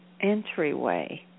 entryway